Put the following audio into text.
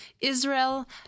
Israel